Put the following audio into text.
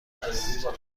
است